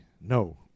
No